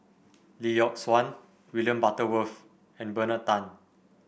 Lee Yock Suan William Butterworth and Bernard Tan